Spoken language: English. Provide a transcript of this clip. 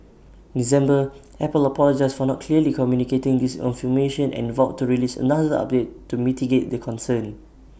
December Apple apologised for not clearly communicating this information and vowed to release another update to mitigate the concern